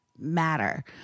matter